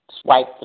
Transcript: swipe